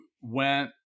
went